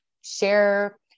share